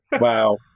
Wow